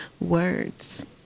words